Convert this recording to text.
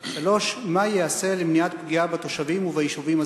3. מה ייעשה למניעת פגיעה בתושבים וביישובים הזכאים?